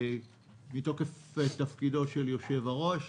מתוקף תפקידו של יושב הראש.